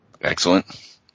Excellent